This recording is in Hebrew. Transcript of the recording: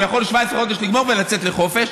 הוא יכול 17 חודש לגמור ולצאת לחופש,